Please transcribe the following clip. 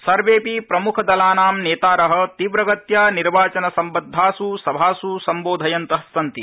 सर्वेऽपि प्रमुखदलानां नेतार तीव्रगत्या निर्वाचनसम्बद्धासुसभासु संबोधयन्त सन्ति